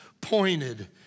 pointed